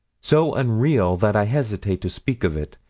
so unreal that i hesitated to speak of it,